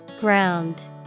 Ground